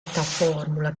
formula